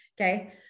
Okay